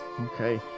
Okay